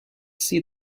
see